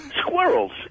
Squirrels